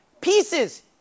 pieces